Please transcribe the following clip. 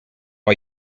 are